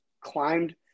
climbed